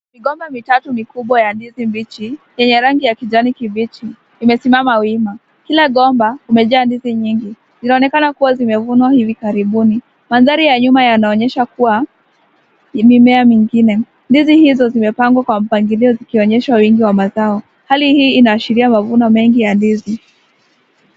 Migomba mitatu mikubwa ya ndizi, yenye rangi ya kijani kibichi imesimama wima, kila gomba limajaa ndizi, zinaonekana kuwa zimevumwa hivi karibuni, mandahri ya nyuma yanaonyesha kuwa, mimea zingine, ndizi hizo zimepangwa kwa mpangilio zikionyesha weingi wa mazao, hali hii inaonyehs mavuno mengi ya ndizi.